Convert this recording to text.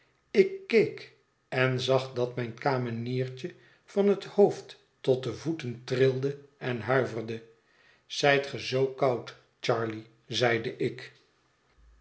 ik keek en zag dat mijn kameniertje van het hoofd tot de voeten trilde en huiverde zijt ge zoo koud charley zeide ik